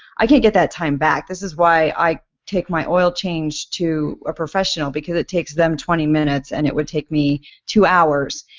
i can't get that time back. this is why i take my oil change to a professional because it takes them twenty minutes and it would take me two hours,